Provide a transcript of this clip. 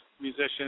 musicians